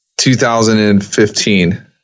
2015